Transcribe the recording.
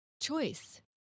choice